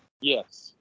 Yes